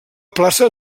plaça